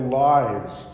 lives